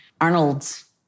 Arnold's